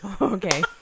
Okay